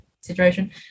situation